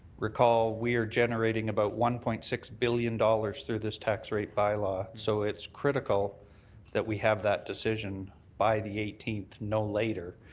recall we are generating about one point six billion dollars through this tax rate bylaw, so it's critical that we have that decision by the eighteenth, no later.